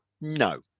No